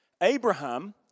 Abraham